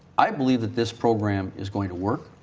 i believe this program is going to work.